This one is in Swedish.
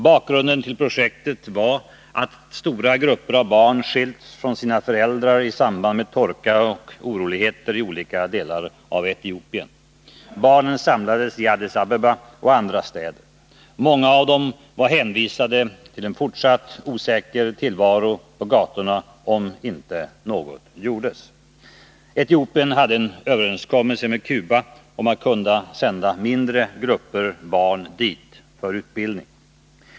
Bakgrunden till projektet var att stora grupper barn skilts från sina föräldrar i samband med torka och oroligheter i olika delar av Etiopien. Barnen samlades i Addis Abeba och andra städer. Många av dem var hänvisade till en fortsatt osäker tillvaro på gatorna om inte något gjordes. Etiopien hade en överenskommelse med Kuba om att kunna sända mindre grupper barn dit för utbildning.